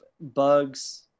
bugs